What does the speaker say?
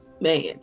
man